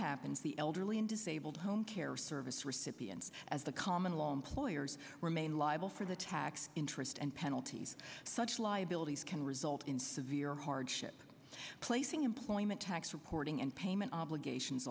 happens the elderly and disabled home care service recipients as the common law employers remain liable for the tax interest and penalties such liabilities can result in severe hardship placing employment tax reporting and payment obligations